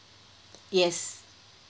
yes